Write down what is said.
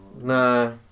No